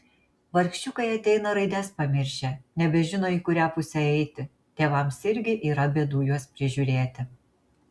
vargšiukai ateina raides pamiršę nebežino į kurią pusę eiti tėvams irgi yra bėdų juos prižiūrėti